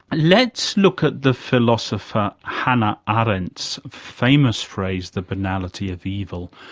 let's look at the philosopher hannah ah arendt's famous phrase, the banality of evil.